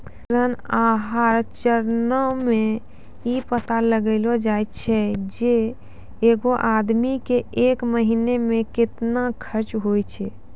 ऋण आहार चरणो मे इ पता लगैलो जाय छै जे एगो आदमी के एक महिना मे केतना खर्चा होय छै